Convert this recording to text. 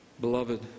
Beloved